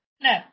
No